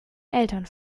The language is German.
eltern